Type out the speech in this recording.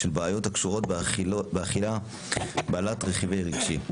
והן כוללות טווח נרחב של בעיות שקשורות באכילה בעלות רכיב רגשי,